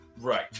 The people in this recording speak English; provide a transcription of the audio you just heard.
Right